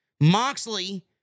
Moxley